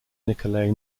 nikolay